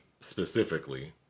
specifically